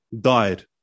died